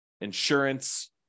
insurance